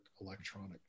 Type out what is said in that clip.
electronic